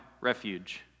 refuge